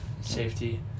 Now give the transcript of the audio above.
Safety